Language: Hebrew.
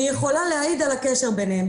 שיכולה להעיד על הקשר ביניהם,